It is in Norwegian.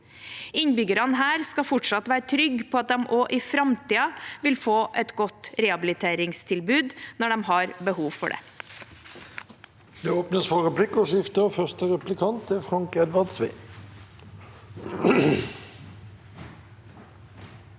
Innbyggerne her skal fortsatt være trygge på at de også i framtiden vil få et godt rehabiliteringstilbud, når de har behov for det.